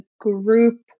group